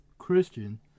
Christian